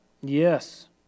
Yes